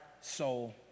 soul